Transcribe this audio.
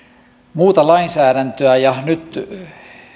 muuta lainsäädäntöä nyt